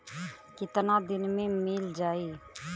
कितना दिन में मील जाई?